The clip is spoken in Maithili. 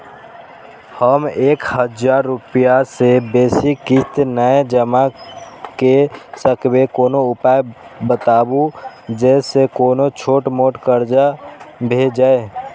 हम एक हजार रूपया से बेसी किस्त नय जमा के सकबे कोनो उपाय बताबु जै से कोनो छोट मोट कर्जा भे जै?